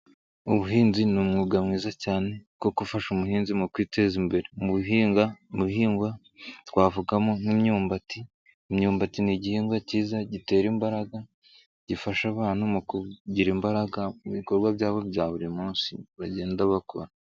Ubuhinzi ni umwuga mwiza cyane kuko ufasha umuhinzi mu kwiteza imbere. Mu bihingwa twavugamo nk'imyumbati imyumbati ni igihingwa cyiza gitera imbaraga, gifasha abantu mu kugira imbaraga mu bikorwa byabo bya buri munsi bagenda bakora.